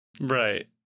Right